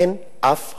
אין אף חוק,